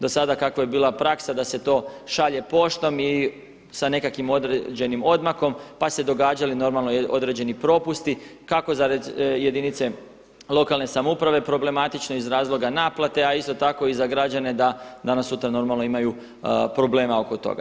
Do sada kako je bila praksa da se to šalje poštom i sa nekakvim određenim odmakom pa su se događali, normalno određeni propusti, kako za jedinice lokalne samouprave, problematično iz razloga naplate a isto tako i za građane da danas sutra normalno imaju problema oko toga.